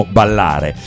ballare